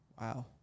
Wow